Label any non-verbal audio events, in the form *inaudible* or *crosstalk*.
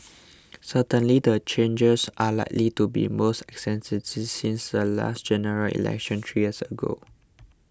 certainly the changes are likely to be the most *unintelligible* since the last General Election three years ago